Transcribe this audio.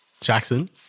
Jackson